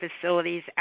facilities